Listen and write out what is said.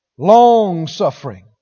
Long-suffering